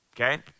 okay